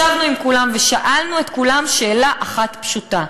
ישבנו עם כולם ושאלנו את כולם שאלה אחת פשוטה: